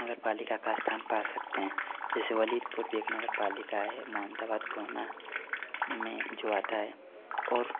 नगर पालिका का स्थान पा सकते हैं जैसे वलीदपुर भी एक नगर पालिका है मोहंताबाद कोना में जो आता है और